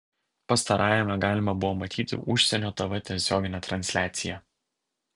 pastarajame galima buvo matyti užsienio tv tiesioginę transliaciją